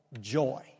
joy